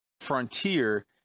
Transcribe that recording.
Frontier